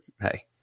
hey